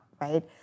right